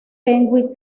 penguin